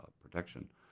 protection